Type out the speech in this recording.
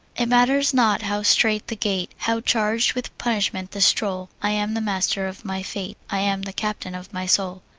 it matters not how strait the gate, how charged with punishment the scroll, i am the master of my fate, i am the captain of my soul.